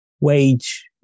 wage